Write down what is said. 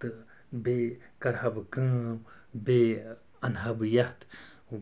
تہٕ بیٚیہِ کَرٕ ہا بہٕ کٲم بیٚیہِ اَنہٕ ہا بہٕ یَتھ